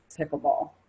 pickleball